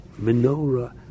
menorah